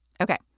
Okay